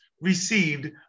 received